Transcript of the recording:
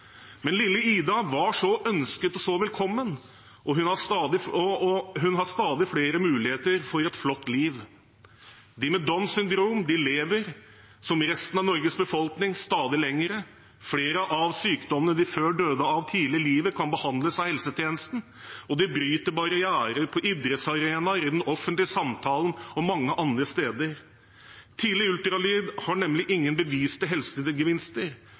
Men lille Ida var så ønsket og så velkommen, og hun har stadig flere muligheter for et flott liv. De med Downs syndrom lever, som resten av Norges befolkning, stadig lenger. Flere av sykdommene de før døde av tidlig i livet, kan behandles av helsetjenesten, og de bryter barrierer på idrettsarenaer, i den offentlige samtalen og mange andre steder. Tidlig ultralyd har nemlig ingen beviste helsegevinster,